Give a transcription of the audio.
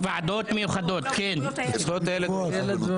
כן, ועדות מיוחדות, זכויות הילד.